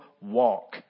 walk